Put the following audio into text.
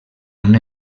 una